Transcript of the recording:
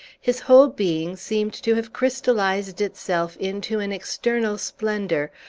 his whole being seemed to have crystallized itself into an external splendor,